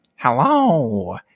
hello